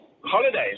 Holidays